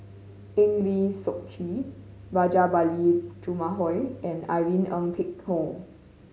Eng Lee Seok Chee Rajabali Jumabhoy and Irene Ng Phek Hoong